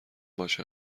باشه